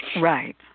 Right